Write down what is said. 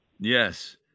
Yes